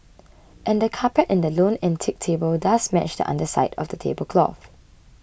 and the carpet and the lone antique table does match the underside of the tablecloth